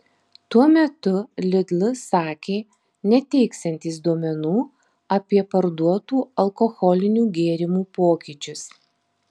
tuo metu lidl sakė neteiksiantys duomenų apie parduotų alkoholinių gėrimų pokyčius